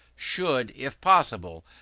should, if possible,